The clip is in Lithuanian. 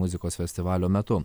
muzikos festivalio metu